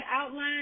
outline